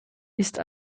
ist